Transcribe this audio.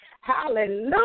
Hallelujah